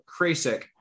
Krasik